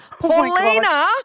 Paulina